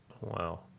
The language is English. Wow